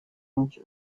inch